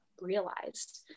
realized